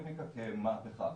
נכון.